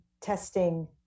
testing